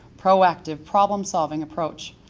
proactive, problem-solving approach.